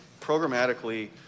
programmatically